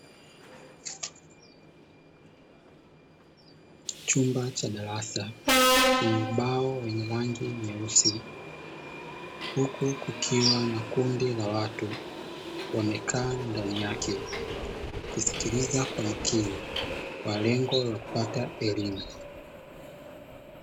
Chumba cha darasa chenye ubao wa rangi nyeusi, huku kukiwa na kundi la watu, wamekaa ndani yake wakisikiliza kwa makini kwa lengo la kupata elimu.